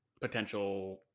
potential